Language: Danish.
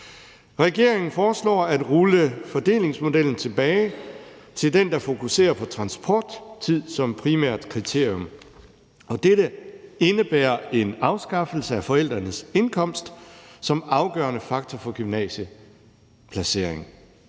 Regeringen foreslår at rulle fordelingsmodellen tilbage til den, der fokuserer på transporttid som primært kriterium. Dette indebærer en afskaffelse af forældrenes indkomst som afgørende faktor for gymnasieindplacering.